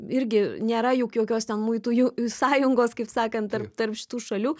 irgi nėra juk jokios ten muitų jų sąjungos kaip sakant tarp tarp šitų šalių